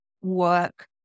work